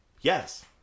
Yes